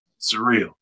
Surreal